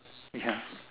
ya